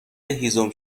هیزم